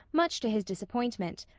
much to his disappointment,